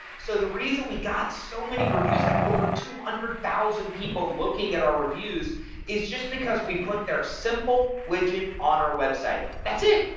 so the reason we got so many reviews like over two hundred thousand people looking at our reviews is just because we put their simple widget on our website that's it.